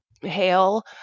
hail